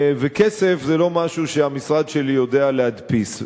וכסף זה לא משהו שהמשרד שלי יודע להדפיס.